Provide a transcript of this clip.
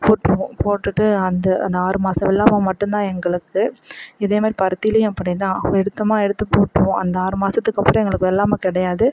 போட்டுருவோம் போட்டுட்டு அந்த அந்த ஆறு மாதத்து வெள்ளாமை மட்டுந்தான் எங்களுக்கு இதே மாதிரி பருத்திலேயும் அப்படிதான் எடுத்தோமா எடுத்து போட்டுருவோம் அந்த ஆறு மாசத்துக்கப்புறம் எங்களுக்கு வெள்ளாமை கிடையாது